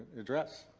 address.